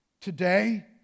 today